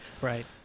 Right